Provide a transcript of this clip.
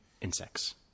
insects